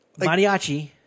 Mariachi